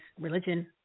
religion